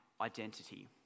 identity